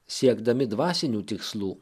siekdami dvasinių tikslų